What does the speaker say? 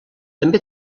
també